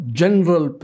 general